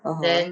(uh huh)